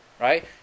right